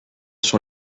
sur